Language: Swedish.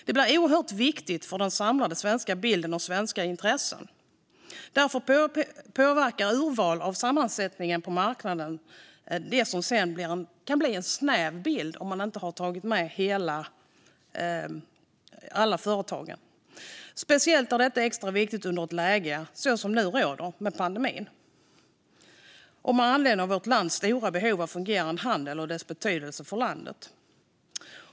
Det blir oerhört viktigt för den samlade svenska bilden och för svenska intressen. Därför påverkar urval för sammanställningar på marknader så att det inte blir en för snäv bild, vilket det kan bli om man inte har tagit med alla företag. Detta är speciellt viktigt i ett läge som det som nu råder under pandemin, med anledning av vårt lands stora behov av fungerande handel och dess betydelse för landet.